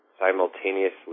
simultaneously